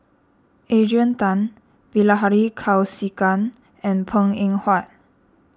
Adrian Tan Bilahari Kausikan and Png Eng Huat